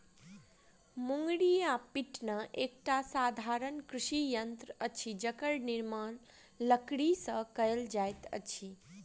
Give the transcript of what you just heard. मुंगरी वा पिटना एकटा साधारण कृषि यंत्र अछि जकर निर्माण लकड़ीसँ कयल जाइत अछि